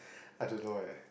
I don't know eh